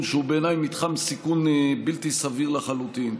שבעיניי הוא מתחם סיכון בלתי סביר לחלוטין.